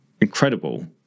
incredible